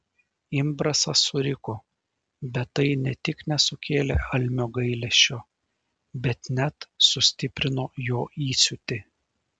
imbrasas suriko bet tai ne tik nesukėlė almio gailesčio bet net sustiprino jo įsiūtį